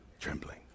trembling